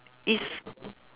it's